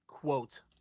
Quote